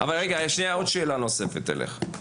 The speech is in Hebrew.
יש לי שאלה נוספת אליך.